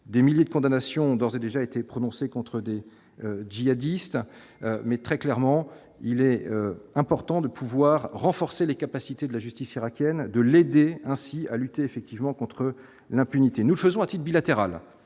des milliers de condamnation d'ores et déjà été prononcée contre Des djihadistes mais très clairement, il est important de pouvoir renforcer les capacités de la justice irakienne de l'aider ainsi à lutter effectivement contre l'impunité, nous faisons a-t-il bilatérales